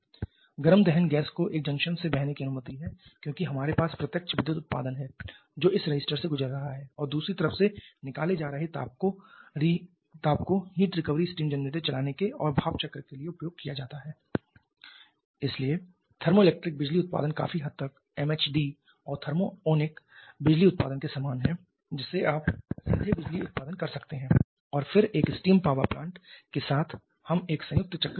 गर्म दहन गैस को एक जंक्शन से बहने की अनुमति है क्योंकि हमारे पास प्रत्यक्ष विद्युत उत्पादन है जो इस रजिस्टर से गुजर रहा है और दूसरी तरफ से निकाले जा रहे ताप को हीट रिकवरी स्टीम जनरेटर चलाने के और भाप चक्र के लिए उपयोग किया जाता है इसलिए थर्मोइलेक्ट्रिक बिजली उत्पादन काफी हद तक एमएचडी और थर्मिओनिक बिजली उत्पादन के समान है जिससे आप सीधे बिजली उत्पादन कर सकते हैं और फिर एक स्टीम पावर प्लांट के साथ हम एक संयुक्त चक्र चला सकते हैं